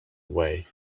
way